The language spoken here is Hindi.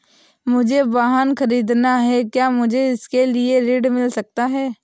मुझे वाहन ख़रीदना है क्या मुझे इसके लिए ऋण मिल सकता है?